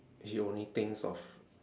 he only thinks of